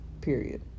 period